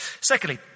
Secondly